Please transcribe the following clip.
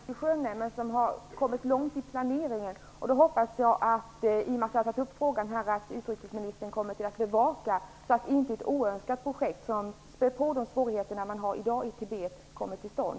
Herr talman! Projektet är inte sjösatt ännu. Men man har kommit långt i planeringen. I och med att jag har tagit upp frågan hoppas jag att utrikesministern kommer att bevaka detta, så att ett oönskat projekt som späder på de svårigheter som man i dag har i Tibet inte kommer till stånd.